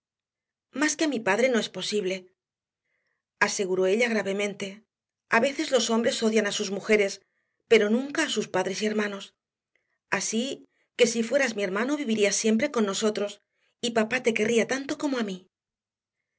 más que a mi padre no es posible aseguró ella gravemente a veces los hombres odian a sus mujeres pero nunca a sus padres y hermanos así que si fueras mi hermano vivirías siempre con nosotros y papá te querría tanto como a mí